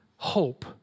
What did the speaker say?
hope